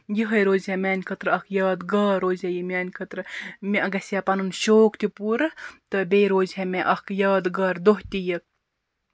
یِہَے روزِ ہے میٛانہِ خٲطرٕ اکھ یاد گار روزِ ہے یہِ میٛانہِ خٲطرٕ مےٚ گژھِ ہے پَنُن شوق تہِ پوٗرٕ تہٕ بیٚیہِ روزِ ہے مےٚ اکھ یاد گار دۄہ تہِ یہِ